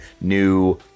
new